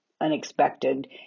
unexpected